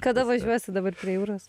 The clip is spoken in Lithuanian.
kada važiuosi dabar prie jūros